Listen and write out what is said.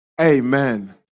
Amen